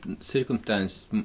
circumstance